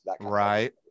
right